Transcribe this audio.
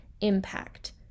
impact